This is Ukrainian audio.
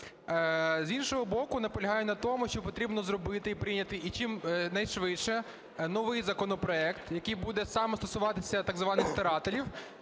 З іншого боку, наполягає на тому, що потрібно зробити і прийняти і чим найшвидше новий законопроект, який буде саме стосуватися так званих старателів,